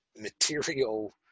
material